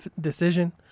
decision